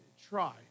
try